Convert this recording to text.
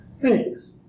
Thanks